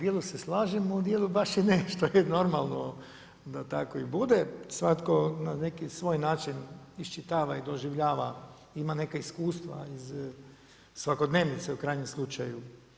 Pa evo, u dijelu se slažem u dijelu baš i ne, što je normalno da tako i bude, svatko na neki svoj način iščitava i doživljava, ima neka iskustva iz svakodnevice u krajnjem slučaju.